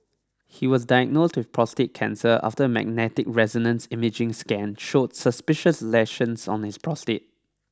he was diagnosed with prostate cancer after a magnetic resonance imaging scan showed suspicious lesions on his prostate